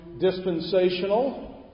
dispensational